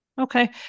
Okay